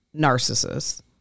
narcissist